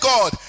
God